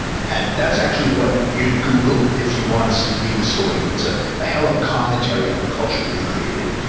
and that's actually what you'd google if you want to read the story. and it's ah a hell of a commentary on the culture we've created.